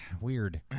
weird